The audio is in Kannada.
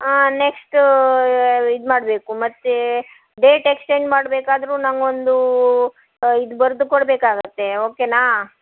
ಆ ನೆಕ್ಸ್ಟೂ ಇದು ಮಾಡಬೇಕು ಮತ್ತು ಡೇಟ್ ಎಕ್ಸ್ಚೇಂಜ್ ಮಾಡ್ಬೇಕಾದರೂ ನನಗೊಂದು ಇದು ಬರ್ದು ಕೊಡಬೇಕಾಗತ್ತೆ ಓಕೆನಾ